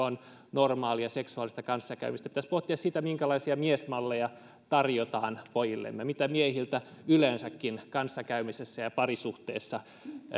on normaalia seksuaalista kanssakäymistä pitäisi pohtia sitä minkälaisia miesmalleja tarjotaan pojillemme mitä miehiltä yleensäkin kanssakäymisessä ja parisuhteessa